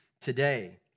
today